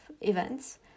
events